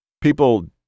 People